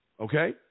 okay